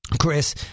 Chris